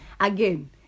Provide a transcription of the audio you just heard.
again